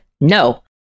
No